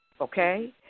okay